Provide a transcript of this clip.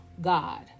God